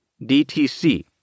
dtc